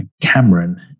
Cameron